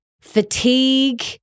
fatigue